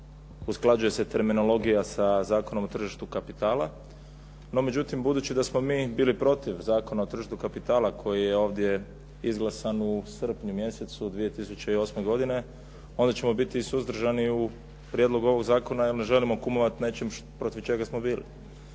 usklađuje se terminologija sa Zakonom o tržištu kapitala. No međutim, budući da smo bili protiv Zakona o tržištu kapitala koji je ovdje izglasan u srpnju mjesecu 2008. godine, onda ćemo biti suzdržani u prijedlogu ovog zakona, jer ne želimo kumovati nečemu protiv čega smo bili